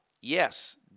Yes